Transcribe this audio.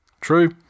True